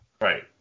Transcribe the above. Right